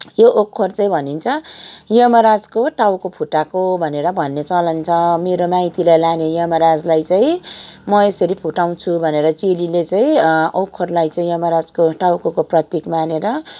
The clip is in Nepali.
यो ओखर चाहिँ भनिन्छ यमराजको टाउको फुटाएको भनेर भन्ने चलन छ मेरो माइतीलाई लाने यमराजलाई चाहिँ म यसरी फुटाउँछु भनेर चेलीले चाहिँ ओखरलाई चाहिँ यमराजको टाउकोको प्रतिक मानेर